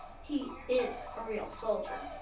he is a real soldier.